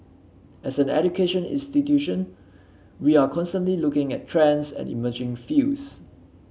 as an education institution we are constantly looking at trends and emerging fields